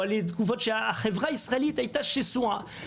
וגם בתקופות שהחברה הישראלית הייתה שסועה,